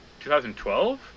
2012